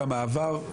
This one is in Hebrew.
כמה עבר.